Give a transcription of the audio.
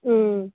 మ్మ్